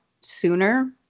sooner